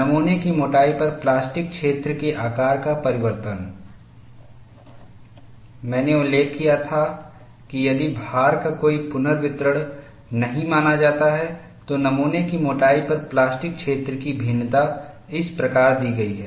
नमूना की मोटाई पर प्लास्टिक क्षेत्र के आकार का परिवर्तन मैंने उल्लेख किया था कि यदि भार का कोई पुनर्वितरण नहीं माना जाता है तो नमूने की मोटाई पर प्लास्टिक क्षेत्र की भिन्नता इस प्रकार दी गई है